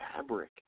fabric